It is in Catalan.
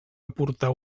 aportar